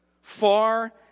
far